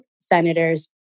senators